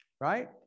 Right